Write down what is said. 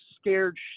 scared